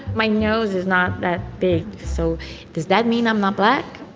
my nose is not that big. so does that mean i'm not black?